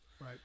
Right